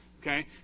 okay